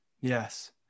Yes